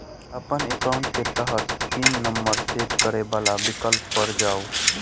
अपन एकाउंट के तहत पिन नंबर सेट करै बला विकल्प पर जाउ